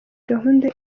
gahunda